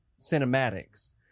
cinematics